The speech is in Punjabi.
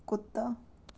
ਕੁੱਤਾ